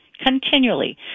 continually